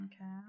Okay